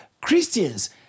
Christians